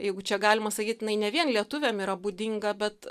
jeigu čia galima sakyt ne vien lietuviam yra būdinga bet